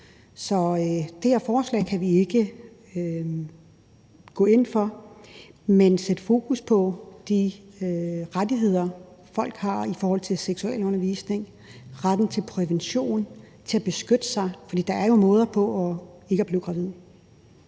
Så det her forslag kan vi ikke gå ind for, men man kan sætte fokus på de rettigheder, folk har i forhold til seksualundervisning, retten til prævention, til at beskytte sig, for der er jo måder til ikke at blive gravid.